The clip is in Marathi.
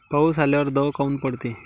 पाऊस आल्यावर दव काऊन पडते?